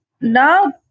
Now